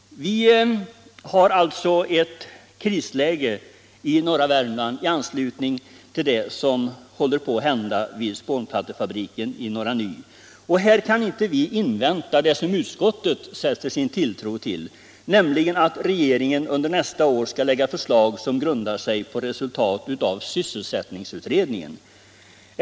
Vi har som sagt ett krisläge i norra Värmland, inte minst beroende på vad som håller på att hända vid spånplattefabriken i Norra Ny. Och där kan vi inte invänta vad utskottet sätter sin tilltro till, nämligen att regeringen nästa år skall lägga fram förslag som grundar sig på resultaten av sysselsättningsutredningens arbete.